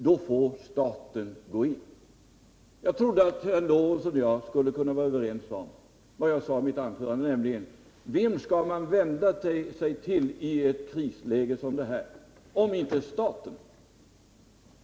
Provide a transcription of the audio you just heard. Jag trodde att herr Lorentzon och jag skulle kunna vara överens om vad jag sade i mitt anförande, nämligen att man i ett krisläge som detta skall vända sig till staten.